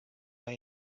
mei